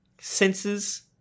senses